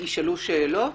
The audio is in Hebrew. הם ישאלו שאלות